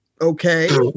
okay